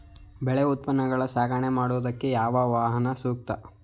ಬೆಳೆ ಉತ್ಪನ್ನಗಳನ್ನು ಸಾಗಣೆ ಮಾಡೋದಕ್ಕೆ ಯಾವ ವಾಹನ ಸೂಕ್ತ?